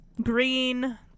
green